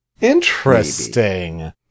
Interesting